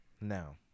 Now